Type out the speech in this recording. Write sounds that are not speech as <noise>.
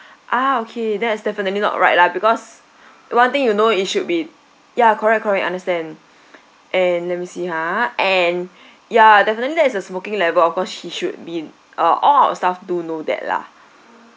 ah okay that is definitely not right lah because one thing you know it should be ya correct correct understand <noise> and let me see ha and ya definitely that is a smoking level of course she should be uh all our staff do know that lah